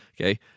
Okay